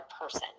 person